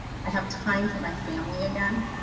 i have time for my family again.